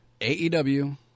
AEW